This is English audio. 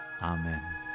Amen